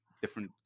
different